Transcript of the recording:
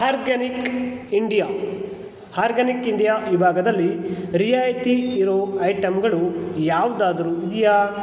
organic India organic India ವಿಭಾಗದಲ್ಲಿ ರಿಯಾಯಿತಿ ಇರೋ ಐಟಮ್ಗಳು ಯಾವುದಾದ್ರು ಇದೆಯಾ